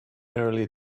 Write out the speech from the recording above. early